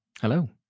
Hello